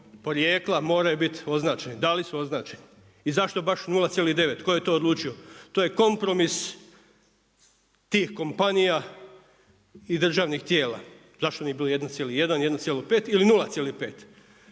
porijekla moraju biti označeni, da li su označeni i zašto baš 0,9, tko je to odlučio? To je kompromis tih kompanija i državnih tijela. Zašto nije bilo 1,1, 1,5 ili 0,5.